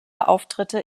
auftritte